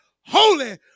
holy